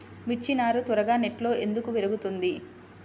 మిర్చి నారు త్వరగా నెట్లో ఎందుకు పెరుగుతుంది?